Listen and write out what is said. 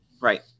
Right